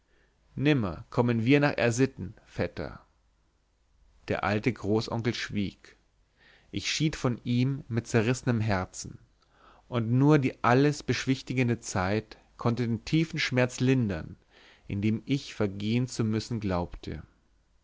nimmer kommen wir wieder nach r sitten vetter der alte großonkel schwieg ich schied von ihm mit zerrissenem herzen und nur die alles beschwichtigende zeit konnte den tiefen schmerz lindern in dem ich vergehen zu müssen glaubte